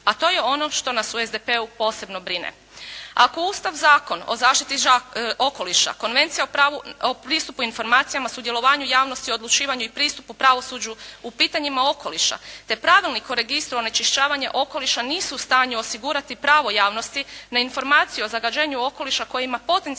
a to je ono što nas u SDP-u posebno brine. Ako Ustav, Zakon o zaštiti okoliša, Konvencija o pristupu informacijama sudjelovanju javnosti u odlučivanju i pristupu pravosuđu u pitanjima okoliša te Pravilnik o registru onečišćavanja okoliša nisu u stanju osigurati pravo javnosti na informaciju o zagađenju okoliša koji ima potencijalno